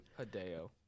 Hideo